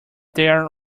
their